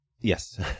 Yes